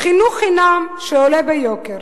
חינוך חינם שעולה ביוקר,